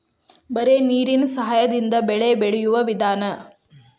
ಬರೇ ನೇರೇನ ಸಹಾದಿಂದ ಬೆಳೆ ಬೆಳಿಯು ವಿಧಾನಾ